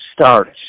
starts